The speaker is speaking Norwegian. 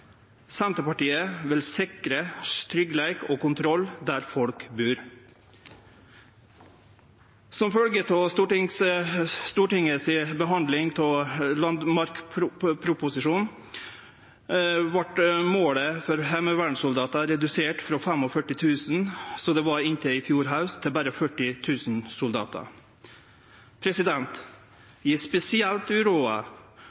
Senterpartiet vil sikre tryggleik og kontroll der folk bur. Som følgje av stortingsbehandlinga av landmaktproposisjonen vart målet for heimevernssoldatar redusert frå 45 000 – som det var inntil i fjor haust – til berre 40 000 soldatar.